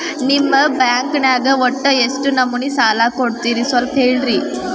ನಿಮ್ಮ ಬ್ಯಾಂಕ್ ನ್ಯಾಗ ಒಟ್ಟ ಎಷ್ಟು ನಮೂನಿ ಸಾಲ ಕೊಡ್ತೇರಿ ಸ್ವಲ್ಪ ಹೇಳ್ರಿ